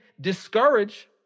discourage